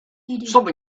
something